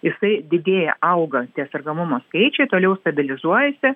jisai didėja auga tie sergamumo skaičiai toliau stabilizuojasi